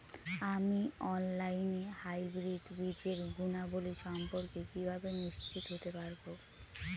আমি অনলাইনে হাইব্রিড বীজের গুণাবলী সম্পর্কে কিভাবে নিশ্চিত হতে পারব?